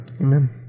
Amen